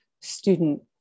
student